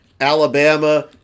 Alabama